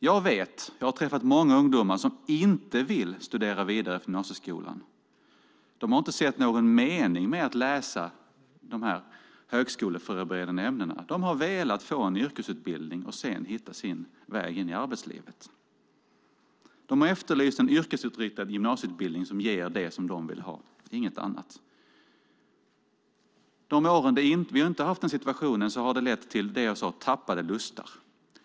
Jag har träffat många ungdomar som inte vill studera vidare efter gymnasieskolan. De har inte sett någon mening med att läsa de högskoleförberedande ämnena. De har velat få en yrkesutbildning och sedan hitta sin väg in i arbetslivet. De har efterlyst en yrkesinriktad gymnasieutbildning som ger det som de vill ha, inget annat. De åren som vi inte har haft den situationen har det lett till det som jag sade, tappade lustar.